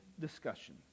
discussion